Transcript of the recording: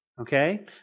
okay